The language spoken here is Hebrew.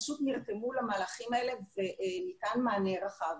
פשוט נרתמו למהלכים האלה וניתן מענה רחב.